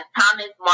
Thomas